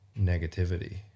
negativity